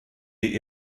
die